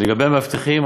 לגבי המאבטחים,